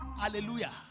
Hallelujah